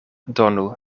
donu